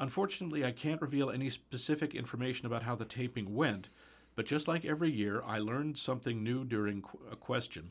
unfortunately i can't reveal any specific information about how the taping went but just like every year i learned something new during a question